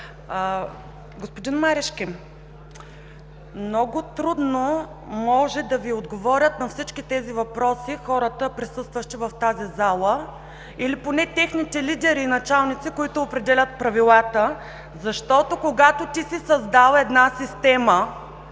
Господин Марешки, много трудно може да Ви отговорят на всички тези въпроси присъстващите хора в тази зала или поне техните лидери и началници, които определят правилата, защото когато си създал една система,